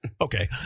Okay